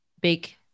big